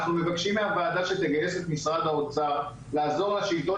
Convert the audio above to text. אנחנו מבקשים מהועדה שתגייס את משרד האוצר לעזור לשלטון